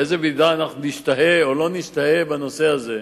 באיזו מידה אנחנו נשתהה או לא נשתהה בנושא הזה,